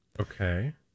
Okay